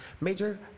Major